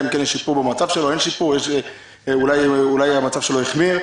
אלא אם כן יש שיפור במצב שלו או שאולי המצב שלו החמיר.